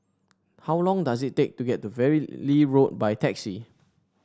how long does it take to get to Valley Road by taxi